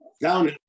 down